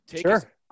Sure